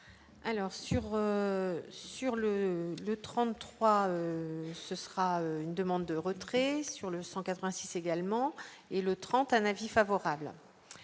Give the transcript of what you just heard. sur sur le de 33, ce sera une demande de retour. Et sur le 186 également et le 30, un avis favorable